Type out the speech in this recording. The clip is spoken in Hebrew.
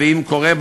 אם קורה,